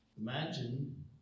imagine